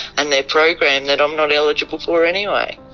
and their program that i'm not eligible for anyway.